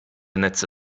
netze